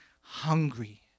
hungry